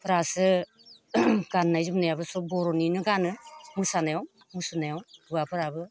फ्रासो गाननाय जोमनायाबो सब बर'निनो गानो मोसानायाव मुसुरनायाव हौवाफ्राबो